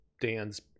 Dan's